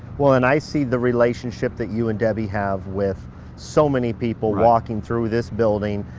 well then i see the relationship that you and debbie have with so many people walking through this building.